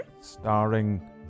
starring